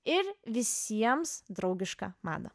ir visiems draugišką madą